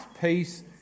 peace